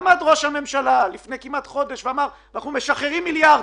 עמד ראש הממשלה לפני כמעט חודש ואמר "אנחנו משחררים מיליארדים".